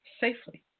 safely